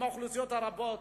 עם האוכלוסיות הרבות.